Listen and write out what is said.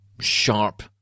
sharp